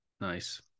Nice